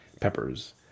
peppers